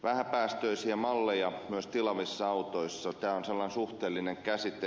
vähäpäästöinen malli myös tilavissa autoissa on suhteellinen käsite